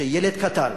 שילד קטן